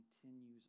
continues